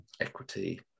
equity